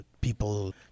people